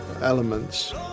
elements